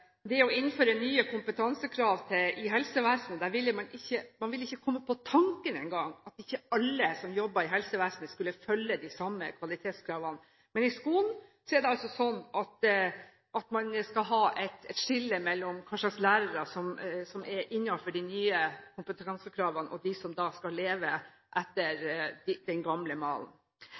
i helsevesenet aldri ville komme på tanken engang om at ikke alle som jobber i helsevesenet, skulle følge de samme kvalitetskravene når man innfører nye kompetansekrav. Men i skolen skal man ha et skille mellom lærerne som er innenfor de nye kompetansekravene, og de som skal leve etter den gamle malen.